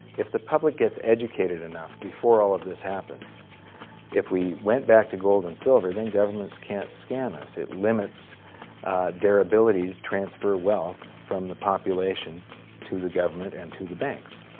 if the public gets educated enough before all of this happens if we went back to gold and silver, then governments can't scam us it limits their ability to transfer wealth from the population to the government and to the banks